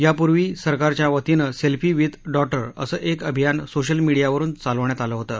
यापुर्वी सरकारच्या वतीनं selfie with daughter अस एक अभियान सोशल मीडियावरून चालवण्यात आलं होतं